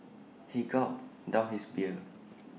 he gulped down his beer